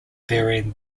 bearing